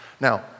Now